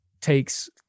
takes